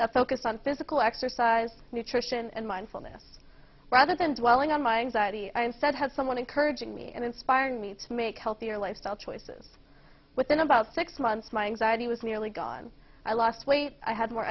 that focused on physical exercise nutrition and mindfulness rather than dwelling on my anxiety i instead had someone encouraging me and inspiring me to make healthier lifestyle choices within about six months my anxiety was nearly gone i lost weight i had more